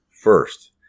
first